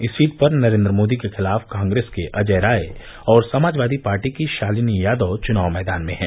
इस सीट पर नरेन्द्र मोदी के खिलाफ कांग्रेस के अजय राय और समाजवादी पार्टी की शालिनी यादव चुनाव मैदान में हैं